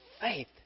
faith